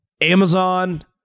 Amazon